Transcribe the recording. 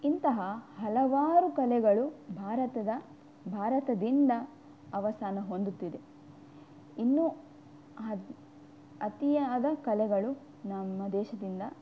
ಇಂತಹ ಹಲವಾರು ಕಲೆಗಳು ಭಾರತದ ಭಾರತದಿಂದ ಅವಸಾನ ಹೊಂದುತ್ತಿದೆ ಇನ್ನೂ ಅತಿಯಾದ ಕಲೆಗಳು ನಮ್ಮ ದೇಶದಿಂದ